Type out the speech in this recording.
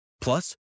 Plus